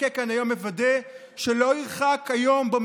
להיחקק כאן היום מוודא שלא ירחק היום שבו